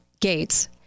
Gates